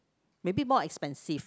maybe more expensive